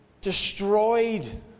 destroyed